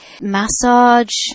massage